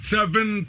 Seven